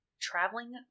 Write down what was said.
Traveling